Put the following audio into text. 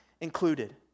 included